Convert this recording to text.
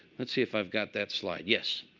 let's see if i've got that slide. yes.